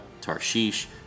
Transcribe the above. Tarshish